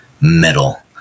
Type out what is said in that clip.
metal